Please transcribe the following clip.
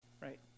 Right